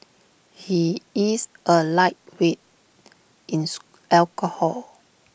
he is A lightweight in alcohol